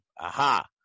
Aha